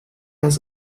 has